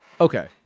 Okay